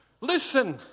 Listen